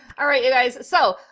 all right, you guys, so!